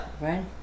Right